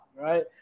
Right